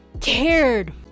cared